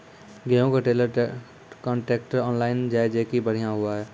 गेहूँ का trailer contractor online जाए जैकी बढ़िया हुआ